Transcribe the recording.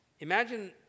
Imagine